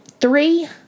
three